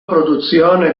produzione